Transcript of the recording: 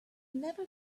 never